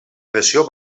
pressió